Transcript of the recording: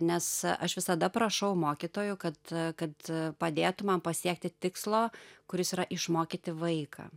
nes aš visada prašau mokytojų kad kad padėtų man pasiekti tikslo kuris yra išmokyti vaiką